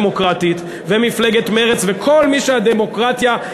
והיא מפלגה דמוקרטית,